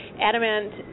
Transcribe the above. Adamant